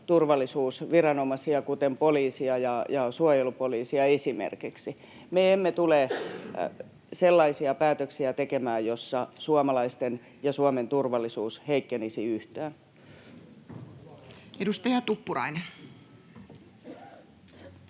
turvallisuusviranomaisia, kuten poliisia ja suojelupoliisia, esimerkiksi. Me emme tule sellaisia päätöksiä tekemään, joissa suomalaisten ja Suomen turvallisuus heikkenisivät yhtään. [Speech